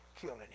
killing